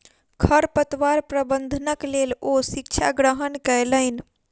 खरपतवार प्रबंधनक लेल ओ शिक्षा ग्रहण कयलैन